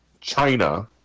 China